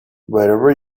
wherever